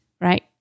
right